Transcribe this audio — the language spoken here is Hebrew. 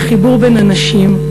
לחיבור בין אנשים,